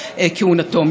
הצחקתם אותי.